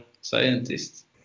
scientist